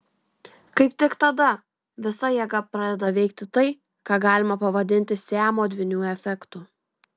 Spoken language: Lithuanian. kaip tik tada visa jėga pradeda veikti tai ką galima pavadinti siamo dvynių efektu